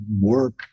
work